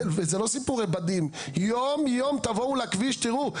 אלו לא סיפורי בדים, יום יום תבואו לכביש ותראו.